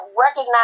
recognize